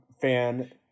fan